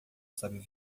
sábio